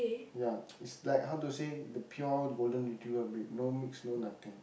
ya it's like the pure golden retriever breed no mix no nothing